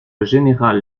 général